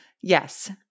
Yes